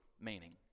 meaning